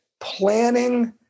planning